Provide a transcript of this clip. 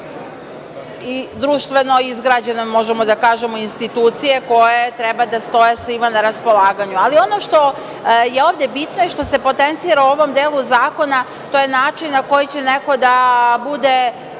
društveno izgrađene institucije koje treba da stoje svima na raspolaganju. Ali, ono što je ovde bitno i što se potencira u ovom delu zakona, to je način na koji će neko da bude